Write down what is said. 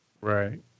right